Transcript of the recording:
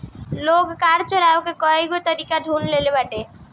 लोग कर चोरावे के कईगो तरीका ढूंढ ले लेले बाटे